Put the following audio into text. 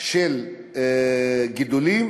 של גידולים,